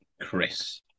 Chris